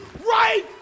right